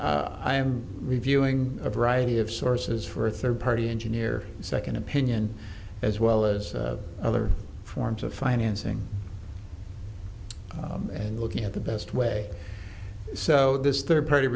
am reviewing a variety of sources for third party engineer second opinion as well as other forms of financing and looking at the best way so this third party